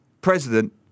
president